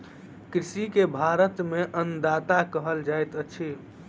कृषक के भारत में अन्नदाता कहल जाइत अछि